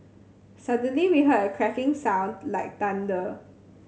suddenly we heard a cracking sound like thunder